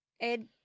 Ed